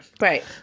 Right